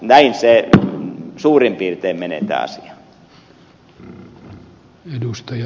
näin se suurin piirtein menee tämä asia